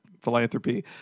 Philanthropy